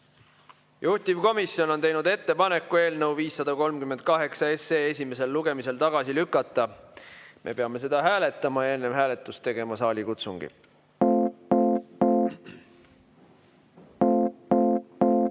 Juhtivkomisjon on teinud ettepaneku eelnõu 538 esimesel lugemisel tagasi lükata. Me peame seda hääletama ja enne hääletust tegema saalikutsungi. Head